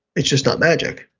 it's just not magic.